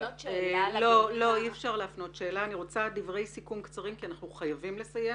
אני רוצה דברי סיכום קצרים - כי אנחנו חייבים לסיים